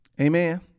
amen